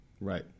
Right